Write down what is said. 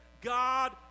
God